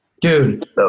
dude